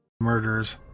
Murders